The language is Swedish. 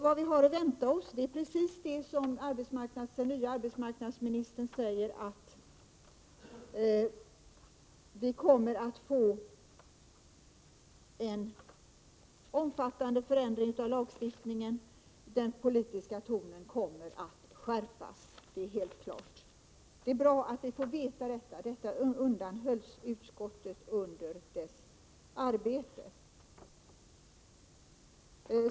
Vad vi har att vänta oss är precis det som den nya arbetsmarknadsministern säger: Vi kommer att få en omfattande förändring av lagstiftningen. Den politiska tonen kommer att skärpas. Det är helt klart. Det är bra att vi får veta. Detta undanhölls utskottet under dess arbete.